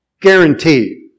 guaranteed